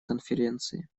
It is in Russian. конференции